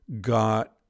got